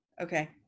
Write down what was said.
Okay